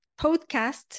podcast